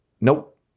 Nope